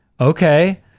okay